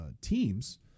Teams